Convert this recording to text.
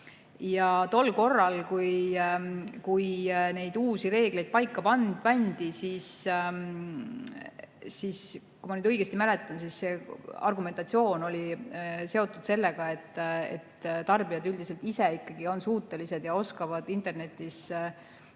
Tol korral, kui uusi reegleid paika pandi, siis, kui ma nüüd õigesti mäletan, see argumentatsioon oli seotud sellega, et tarbijad üldiselt ise on ikkagi suutelised [otsustama] ja oskavad internetis